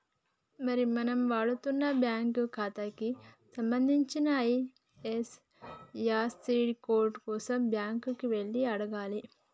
మరి మనం వాడుతున్న బ్యాంకు ఖాతాకి సంబంధించిన ఐ.ఎఫ్.యస్.సి కోడ్ కోసం బ్యాంకు కి వెళ్లి అడగాలి